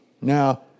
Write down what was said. Now